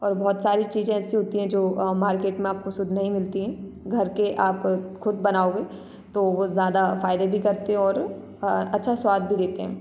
और बहुत सारी चीजें ऐसी होती हैं जो अ मार्केट में आपको शुद्ध नहीं मिलती घर के आप खुद बनाओगे तो वो ज़्यादा फायदे भी करते है और अ अच्छा स्वाद भी देते हैं